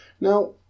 Now